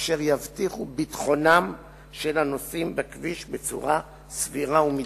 אשר יבטיחו ביטחונם של הנוסעים בכביש בצורה סבירה ומידתית.